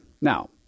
Now